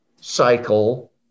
cycle